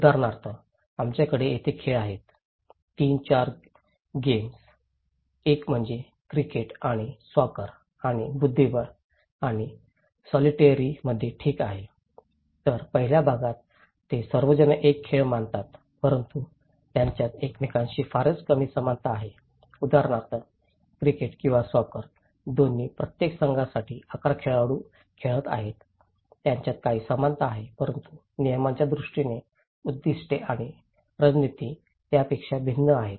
उदाहरणार्थ आमच्याकडे येथे खेळ आहे 3 4 Games गेम एक म्हणजे क्रिकेट आणि सॉकर आणि बुद्धीबळ आणि सॉलिटेअरमध्ये ठीक आहे तर पहिल्या भागात ते सर्वजण एक खेळ मानतात परंतु त्यांच्यात एकमेकांशी फारच कमी समानता आहे उदाहरणार्थ क्रिकेट किंवा सॉकर दोन्ही प्रत्येक संघासाठी 11 खेळाडू खेळत आहेत त्यांच्यात काही समानता आहे परंतु नियमांच्या दृष्टीने उद्दीष्टे आणि रणनीती त्यापेक्षा भिन्न आहेत